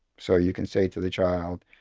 so you can say to the child,